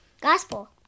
gospel